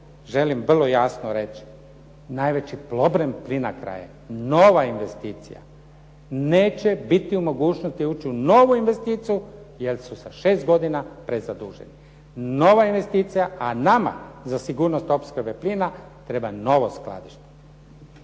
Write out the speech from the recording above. želim vrlo jasno reći, najveći problem Plinacroa je nova investicija, neće biti u mogućnosti ući u novu investiciju jer su sa 6 godina prezaduženi. Nova investicija, a nama za sigurnost opskrbe plina treba novo skladište.